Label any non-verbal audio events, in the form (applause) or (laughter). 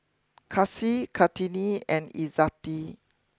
(noise) Kasih Kartini and Izzati